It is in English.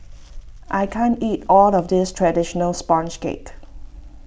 I can't eat all of this Traditional Sponge Cake